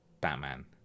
Batman